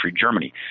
Germany